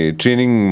training